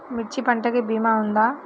మిర్చి పంటకి భీమా ఉందా?